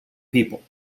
people